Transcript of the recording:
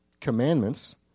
commandments